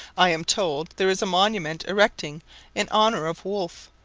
i am told there is a monument erecting in honour of wolfe,